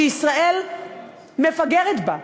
שישראל מפגרת בה,